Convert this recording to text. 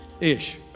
Ish